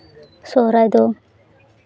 ᱥᱚᱦᱚᱨᱟᱭ ᱫᱚ